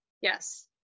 Yes